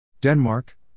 Denmark